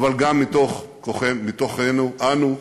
אבל גם מתוכנו אנו.